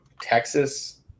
Texas